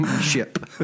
ship